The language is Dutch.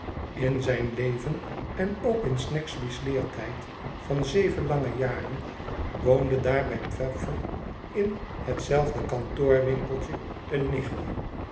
in zijn leven en ook in snagsby's leertijd van zeven lange jaren woonde daar bij peffer in hetzelfde kantoorwinkeltje een nichtje